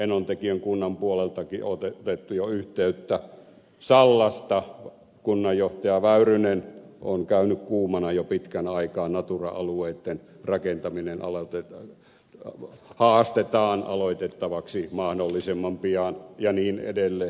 enontekiön kunnan puoleltakin on otettu jo yhteyttä sallasta kunnanjohtaja väyrynen on käynyt kuumana jo pitkän aikaa natura alueitten rakentaminen haastetaan aloitettavaksi mahdollisimman pian ja niin edelleen